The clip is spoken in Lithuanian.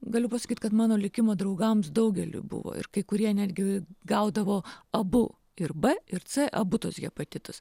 galiu pasakyt kad mano likimo draugams daugeliui buvo ir kai kurie netgi gaudavo abu ir b ir c abu tuos hepatitus